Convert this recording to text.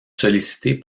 sollicité